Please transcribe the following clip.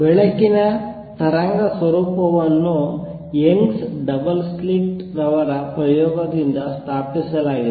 ಬೆಳಕಿನ ತರಂಗ ಸ್ವರೂಪವನ್ನು Young's double slit Young's double slit ರವರ ಪ್ರಯೋಗದಿಂದ ಸ್ಥಾಪಿಸಲಾಗಿದೆ